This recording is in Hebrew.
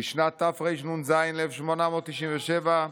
"בשנת תרנ"ז (1897)